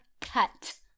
cut